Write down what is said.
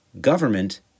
government